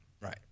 Right